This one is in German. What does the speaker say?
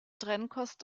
trennkost